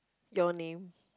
your name